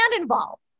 involved